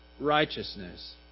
righteousness